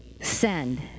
send